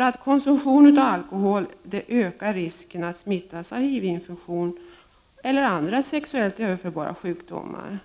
Vid konsumtion av alkohol ökar risken att smittas av HTV infektioner eller andra sexuellt överförbara sjukdomar.